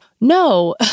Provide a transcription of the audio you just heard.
no